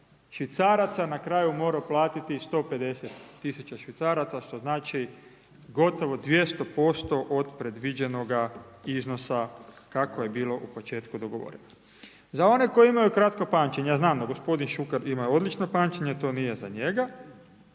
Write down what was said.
švicaraca, na kraju morao platiti 150 000 švicaraca, što znači gotovo 200% od predviđenoga iznosa kako je bilo u početku dogovoreno. Za one koji imaju kratko pamćenje, ja znam da g. Šuker ima odlično pamćenje, to nije za njega